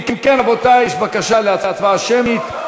אם כן, רבותי, יש בקשה להצבעה שמית.